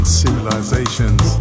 civilizations